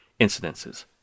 incidences